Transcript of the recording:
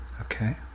Okay